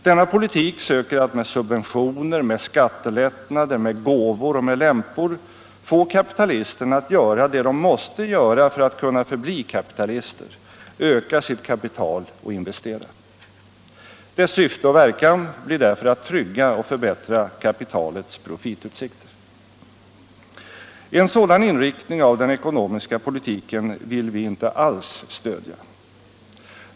Denna politik söker att med subventioner, med skattelättnader, med gåvor och med lämpor få kapitalisterna att göra det de måste göra för att kunna förbli kapitalister: öka sitt kapital och investera. Dess syfte och verkan blir därför att trygga och förbättra kapitalets profitutsikter. En sådan inriktning av den ekonomiska politiken vill vi inte alls stödja.